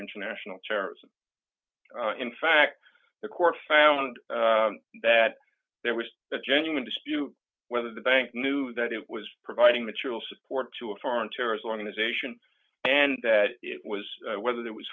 international terrorism in fact the court found that there was a genuine dispute whether the bank knew that it was providing material support to a foreign terrorist organization and that it was whether that was